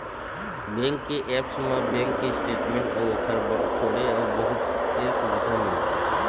bank के apps म bank के स्टेटमेंट अउ ओखर छोड़े अउ बहुते सुबिधा मिलथे